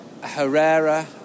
Herrera